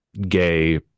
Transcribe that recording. gay